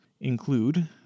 include